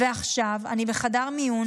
ועכשיו אני בחדר מיון,